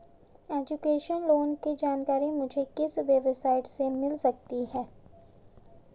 Education loan की जानकारी मुझे किस वेबसाइट से मिल सकती है?